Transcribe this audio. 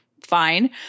fine